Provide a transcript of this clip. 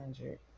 hundred